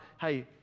Hey